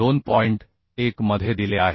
1 मधे दिले आहे